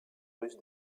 russe